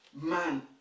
man